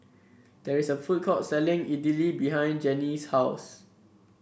there is a food court selling Idili behind Genie's house